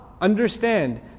understand